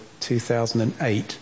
2008